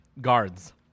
guards